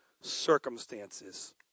circumstances